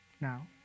now